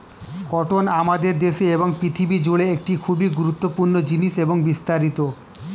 cotton আমাদের দেশে এবং পৃথিবী জুড়ে একটি খুবই গুরুত্বপূর্ণ জিনিস এবং বিস্তারিত